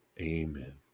amen